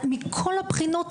מכל הבחינות,